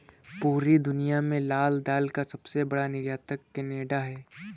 पूरी दुनिया में लाल दाल का सबसे बड़ा निर्यातक केनेडा है